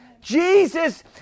Jesus